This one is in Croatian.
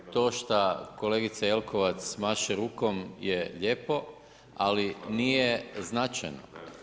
To što kolegica Jelkovac maše rukom je lijepo, ali nije značajno.